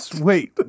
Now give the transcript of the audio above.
wait